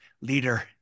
leader